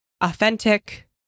authentic